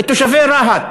את תושבי רהט,